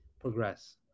progress